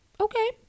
okay